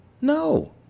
No